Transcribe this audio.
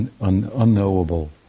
unknowable